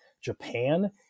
Japan